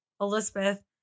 Elizabeth